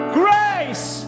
grace